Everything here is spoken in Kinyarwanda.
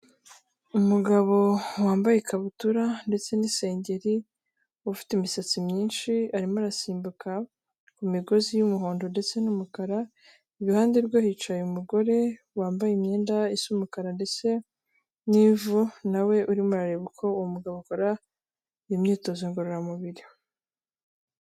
Umugabo wambaye ikabutura ndetse n'isengeri ufite imisatsi myinshi arimo arasimbuka ku migozi y'umuhondo ndetse n'umukara, iruhande rwe hicaye umugore wambaye imyenda isa umukara ndetse n'ivu nawe urimo arareba uko uwo mugabo akora imyitozo ngororamubiri.